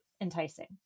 enticing